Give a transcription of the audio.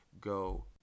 go